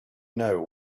know